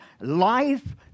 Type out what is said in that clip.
life